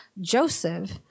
Joseph